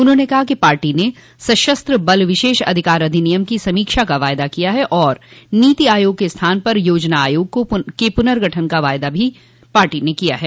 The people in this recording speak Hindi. उन्होंने कहा कि पार्टी ने सशस्त्र बल विशेष अधिकार अधिनियम की समीक्षा का वायदा किया है और नीति आयोग के स्थान पर योजना आयोग के पुनर्गठन का वायदा किया है